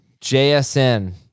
JSN